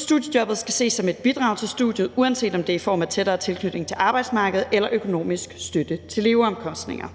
studiejobbet skal ses som et bidrag til studiet, uanset om det er i form af en tættere tilknytning til arbejdsmarkedet eller en økonomisk støtte til leveomkostninger.